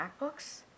MacBooks